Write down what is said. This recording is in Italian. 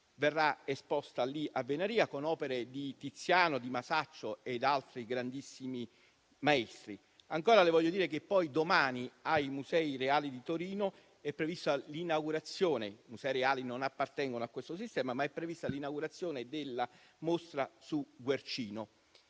verrà esposta a Venaria, con opere di Tiziano, di Masaccio e altri grandissimi maestri. Ancora, le voglio dire che domani, ai Musei reali di Torino - anche se i Musei reali non appartengono a questo sistema - è prevista l'inaugurazione della mostra su Guercino.